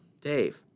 Dave